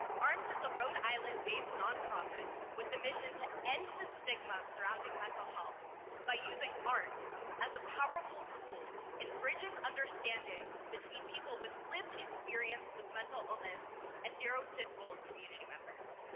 arms is a rhode island-based nonprofit with a mission to end the stigma surrounding mental health by using art as a powerful tool in bridging understanding between people with lived experience with mental illness and neurotypical community members.